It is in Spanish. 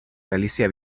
galicia